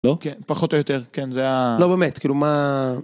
לא פחות או יותר כן זה לא באמת כאילו מה.